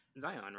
Zion